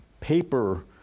paper